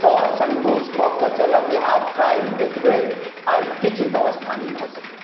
तऽ संतोष कऽ कऽ चलब जे आब काल्हि देखबै आइ किछु व्यवस्था नहि भऽ सकैये